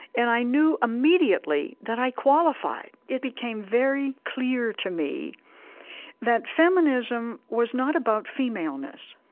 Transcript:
and i knew immediately that i qualified. it became very clear to me that feminism was not about femaleness,